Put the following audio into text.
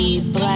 black